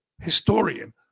historian